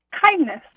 Kindness